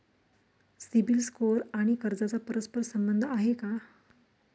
CIBIL score आणि कर्जाचा परस्पर संबंध आहे का?